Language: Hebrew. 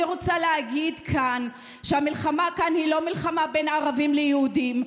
אני רוצה להגיד כאן שהמלחמה כאן היא לא מלחמה בין ערבים ליהודים,